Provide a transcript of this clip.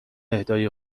اهدای